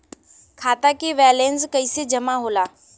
खाता के वैंलेस कइसे जमा होला?